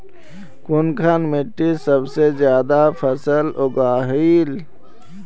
कुनखान मिट्टी सबसे ज्यादा फसल उगहिल?